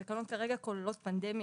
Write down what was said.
התקנות כרגע כוללות פנדמיה,